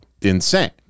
insane